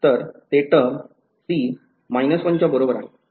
तर ते term C 1 च्या बरोबर आहे